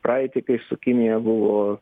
praeitį kai su kinija buvo